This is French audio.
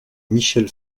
michèle